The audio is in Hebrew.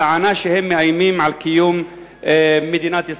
בטענה שהם מאיימים על קיום מדינת ישראל.